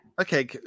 Okay